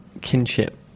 kinship